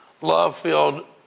love-filled